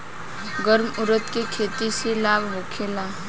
गर्मा उरद के खेती से लाभ होखे ला?